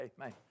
Amen